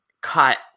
cut